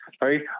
right